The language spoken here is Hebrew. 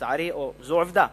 זאת עובדה,